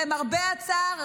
למרבה הצער,